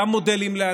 גם מודלים להנהגה,